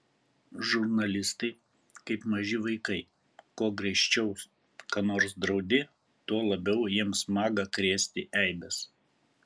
žurnalistai kaip maži vaikai kuo griežčiau ką nors draudi tuo labiau jiems maga krėsti eibes